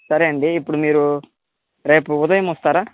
సరే అండి ఇప్పుడు మీరు రేపు ఉదయం వస్తారా